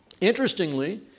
Interestingly